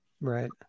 Right